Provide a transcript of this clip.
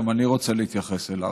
גם אני רוצה להתייחס אליו.